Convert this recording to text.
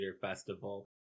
Festival